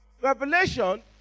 Revelation